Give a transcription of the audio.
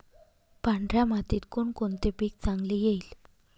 पांढऱ्या मातीत कोणकोणते पीक चांगले येईल?